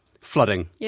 flooding